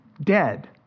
Dead